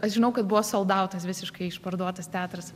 aš žinau kad buvo sold outas visiškai išparduotas teatras